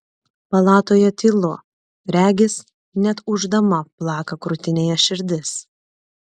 palatoje tylu regis net ūždama plaka krūtinėje širdis